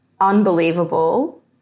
unbelievable